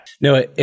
No